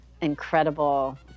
incredible